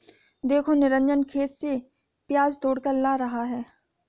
देखो निरंजन खेत से प्याज तोड़कर ला रहा है